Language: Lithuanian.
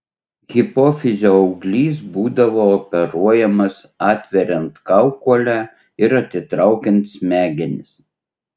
hipofizio auglys būdavo operuojamas atveriant kaukolę ir atitraukiant smegenis